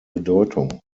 bedeutung